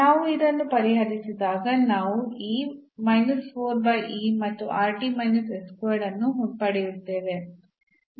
ನಾವು ಇದನ್ನು ಪರಿಹರಿಸಿದಾಗ ನಾವು ಈ ಮತ್ತು ಈ ಅನ್ನು ಪಡೆಯುತ್ತೇವೆ